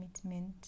commitment